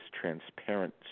transparent